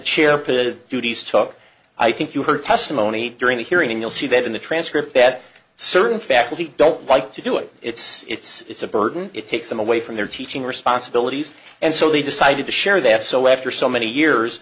pitted duties took i think you heard testimony during the hearing you'll see that in the transcript that certain faculty don't like to do it it's it's a burden it takes them away from their teaching responsibilities and so they decided to share that so after so many